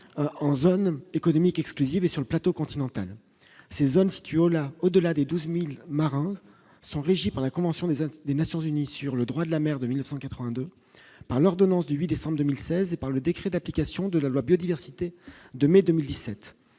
en zone économique exclusive et sur le plateau continental ces zones situées au-delà, au-delà des 12000 marins sont régis par la convention des des Nations unies sur le droit de la mer de 1982 par l'ordonnance du 8 décembre 2016 et par le décret d'application de la loi biodiversité 2 mai 2007,